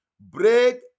break